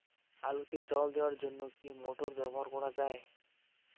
আলুতে জল দেওয়ার জন্য কি মোটর ব্যবহার করা যায়?